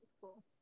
cool